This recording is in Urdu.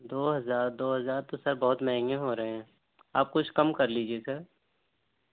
دو ہزار دو ہزار تو سر بہت مہنگے ہو رہے ہیں آپ کچھ کم کر لیجیے سر